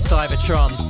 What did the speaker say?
Cybertron